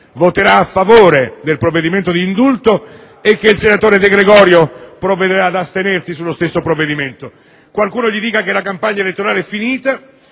voterà a favore del provvedimento d'indulto e che il senatore De Gregorio provvederà ad astenersi sullo stesso. Qualcuno gli dica che la campagna elettorale è finita